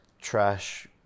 trash